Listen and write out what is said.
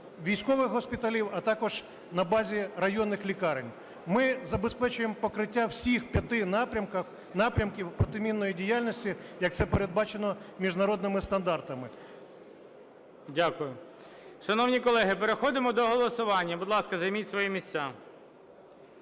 військових госпіталів, а також на базі районних лікарень. Ми забезпечуємо покриття всіх п'яти напрямків протимінної діяльності, як це передбачено міжнародними стандартами. ГОЛОВУЮЧИЙ. Дякую. Шановні колеги! Переходимо до голосування. Будь ласка, займіть свої місця.